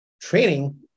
training